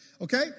Okay